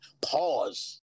Pause